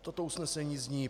Toto usnesení zní: